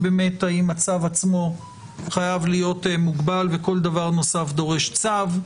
באמת האם הצו עצמו חייב להיות מוגבל וכל דבר נוסף דורש צו?